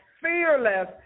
fearless